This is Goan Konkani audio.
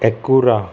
एकुरा